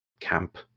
camp